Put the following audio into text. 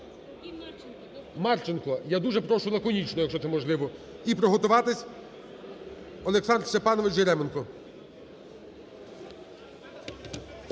Марченко. Я дуже прошу лаконічно, якщо це можливо. І приготуватись - Олександр Степанович Яременко.